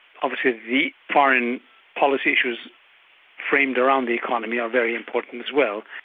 obviously the foreign policy issues framed around the economy are very important as well.